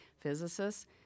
physicists